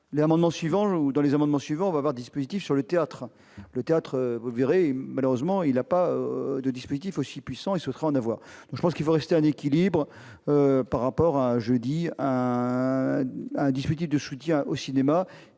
dans les amendements suivants va voir dispositif sur le théâtre, le théâtre, vous verrez, malheureusement il a pas de dispositif aussi puissant et secret en avoir, je pense qu'il faut rester en équilibre par rapport à jeudi à à discuter de soutien au cinéma